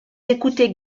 écoutait